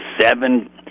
seven